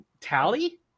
Tally